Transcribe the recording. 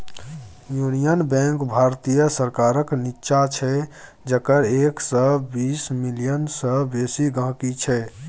union Bank भारतीय सरकारक निच्चां छै जकर एक सय बीस मिलियन सय बेसी गांहिकी छै